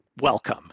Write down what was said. welcome